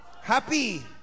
Happy